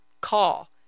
call